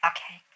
Okay